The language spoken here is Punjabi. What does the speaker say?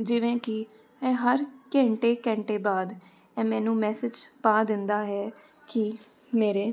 ਜਿਵੇਂ ਕਿ ਇਹ ਹਰ ਘੰਟੇ ਘੰਟੇ ਬਾਅਦ ਇਹ ਮੈਨੂੰ ਮੈਸੇਜ ਪਾ ਦਿੰਦਾ ਹੈ ਕਿ ਮੇਰੇ